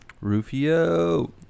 rufio